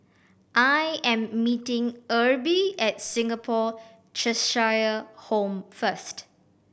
I am meeting Erby at Singapore Cheshire Home first